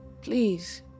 please